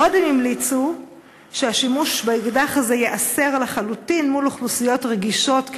עוד הם המליצו שהשימוש באקדח הזה ייאסר לחלוטין מול אוכלוסיות רגישות,